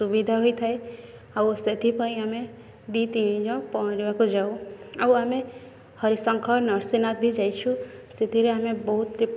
ସୁବିଧା ହୋଇଥାଏ ଆଉ ସେଥିପାଇଁ ଆମେ ଦୁଇ ତିନି ଜଣ ପହଁରିବାକୁ ଯାଉ ଆଉ ଆମେ ହରିଶଙ୍କର ନୃସିଂନାଥ ବି ଯାଇଛୁ ସେଥିରେ ଆମେ ବହୁତ